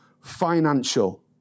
financial